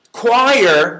choir